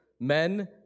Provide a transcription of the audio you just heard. Men